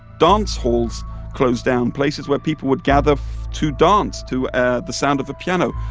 dance halls closed down. places where people would gather to dance to ah the sound of the piano,